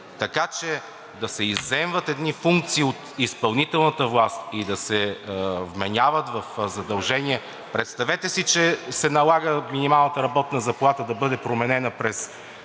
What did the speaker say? Така че да се изземват едни функции от изпълнителната власт и да се вменяват в задължение… Представете си, че се налага минималната работна заплата да бъде променена през